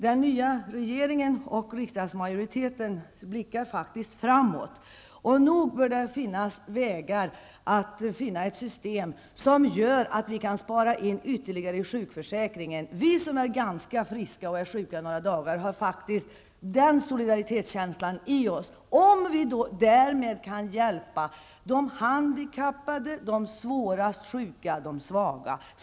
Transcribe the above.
Den nya regeringen och riksdagsmajoriteten blickar framåt. Nog bör det finnas vägar att finna ett system som gör att vi kan spara in ytterligare i sjukförsäkringen. Vi som är ganska friska och blir sjuka några dagar har den solidaritetskänslan om vi därmed kan hjälpa de handikappade, de svårast sjuka och de svaga.